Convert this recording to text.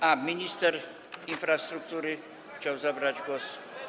A, minister infrastruktury chciał zabrać głos.